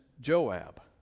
Joab